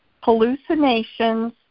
hallucinations